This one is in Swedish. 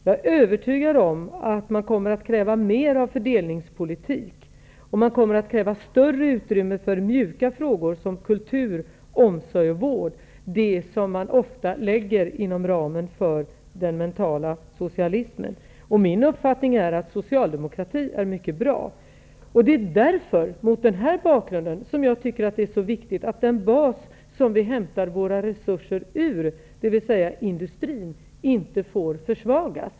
Jag är övertygad om att man kommer att kräva mer av fördelningspolitik, och man kommer att kräva större utrymme för mjuka frågor, som kultur, omsorg och vård, det som oftast läggs inom ramen för ''den mentala socialismen''. Min uppfattning är att socialdemokrati är mycket bra. Det är därför, mot den bakgrunden, som jag tycker att det är så viktigt att den bas som vi hämtar våra resurser ur, dvs. industrin, inte får försvagas.